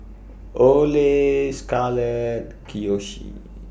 Ole Scarlett Kiyoshi